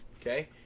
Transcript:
okay